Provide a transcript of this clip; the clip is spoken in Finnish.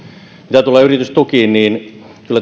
mitä tulee yritystukiin niin